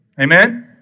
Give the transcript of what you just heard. Amen